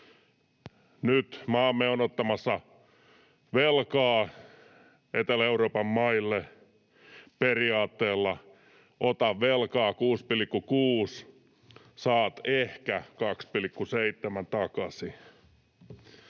Nyt maamme on ottamassa velkaa Etelä-Euroopan maille periaatteella ”ota velkaa 6,6, saat ehkä 2,7 takaisin”.